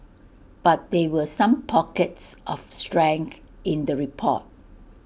but they were some pockets of strength in the report